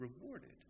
rewarded